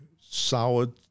solid